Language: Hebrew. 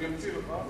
אני אוציא לך,